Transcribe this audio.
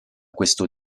questo